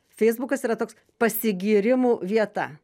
feisbukas yra toks pasigyrimų vieta